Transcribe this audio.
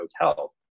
hotel